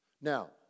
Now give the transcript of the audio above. Now